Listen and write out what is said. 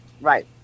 Right